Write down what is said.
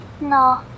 No